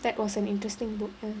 that was an interesting book uh